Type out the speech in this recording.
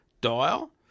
dial